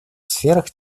сферах